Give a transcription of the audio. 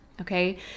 okay